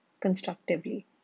Constructively